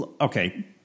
okay